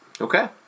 Okay